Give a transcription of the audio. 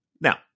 Now